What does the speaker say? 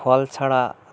ফল ছাড়া